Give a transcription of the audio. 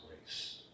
grace